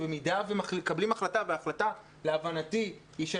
שאם מקבלים החלטה וההחלטה להבנתי היא של